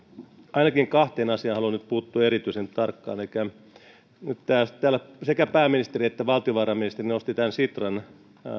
ainakin kahteen asiaan haluan nyt puuttua erityisen tarkkaan elikkä nyt täällä sekä pääministeri että valtiovarainministeri nostivat tämän sitran